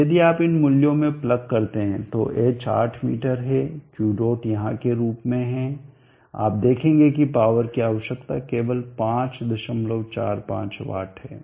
तो यदि आप इन मूल्यों में प्लग करते हैं तो h 8 मीटर है Q डॉट यहाँ के रूप में है आप देखेंगे कि पॉवर की आवश्यकता केवल 545 वाट है